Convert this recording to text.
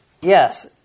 Yes